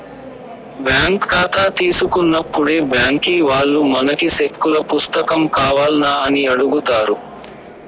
bank కాతా తీసుకున్నప్పుడే బ్యాంకీ వాల్లు మనకి సెక్కుల పుస్తకం కావాల్నా అని అడుగుతారు